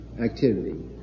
activity